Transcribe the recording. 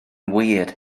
wir